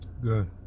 Good